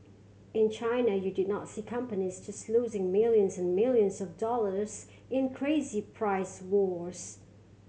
in China you did not see companies just losing millions and millions of dollars in crazy price wars